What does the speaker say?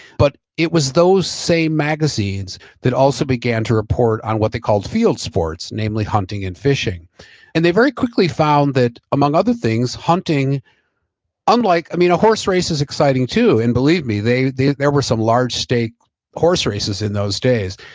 but it was those same magazines that also began to report on what they called field sports, namely hunting and fishing and they very quickly found that among other things hunting unlike, i mean a horse race is exciting too and believe me there were some large stake horse races in those days.